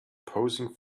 posing